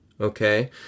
okay